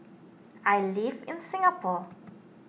I live in Singapore